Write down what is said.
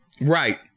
Right